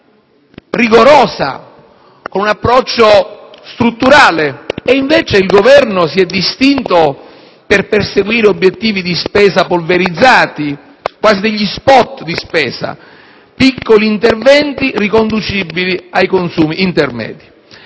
rigorose, mediante un approccio strutturale. Il Governo, invece, si è distinto per perseguire obiettivi di spesa polverizzati, quasi degli *spot* di spesa, piccoli interventi riconducibili ai consumi intermedi.